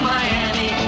Miami